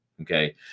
Okay